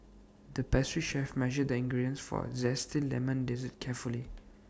the pastry chef measured the ingredients for A Zesty Lemon Dessert carefully